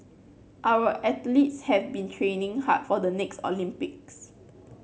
our athletes have been training hard for the next Olympics